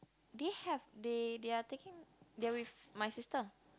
they have they they are taking they are with my sister